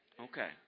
Okay